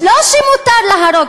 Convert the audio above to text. לא שמותר להרוג,